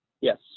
Yes